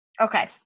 Okay